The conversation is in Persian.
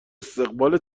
استقبال